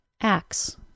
ACTS